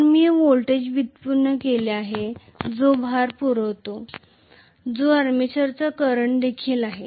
तर मी व्होल्टेज व्युत्पन्न केला आहे जो भार पुरवतो जो आर्मेचर करंट देखील आहे